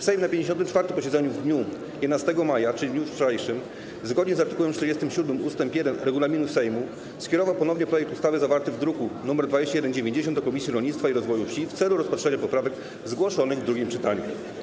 Sejm na 54. posiedzeniu w dniu 11 maja, czyli w dniu wczorajszym, zgodnie z art. 47 ust. 1 regulaminu Sejmu skierował ponownie projekt ustawy zawarty w druku nr 2190 do Komisji Rolnictwa i Rozwoju Wsi w celu rozpatrzenia poprawek zgłoszonych w drugim czytaniu.